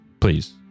Please